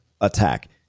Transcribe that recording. attack